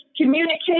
communicate